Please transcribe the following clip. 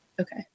Okay